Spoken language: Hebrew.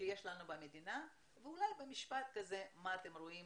שיש לנו במדינה ואולי במשפט קצר תאמרו מה אתם חושבים